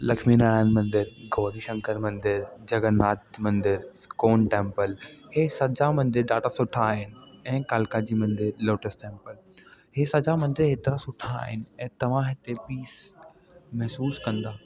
लक्ष्मी नारायण मंदरु गौरी शंकर मंदरु जगन्नाथ मंदरु इस्कॉन टेंपल हे सॼा मंदर ॾाढा सुठा आहिनि ऐं कालका जी मंदरु लोटस टेंपल हे सॼा मंदर एतिरा सुठा आहिनि ऐं तव्हां हिते पीस महसूसु कंदा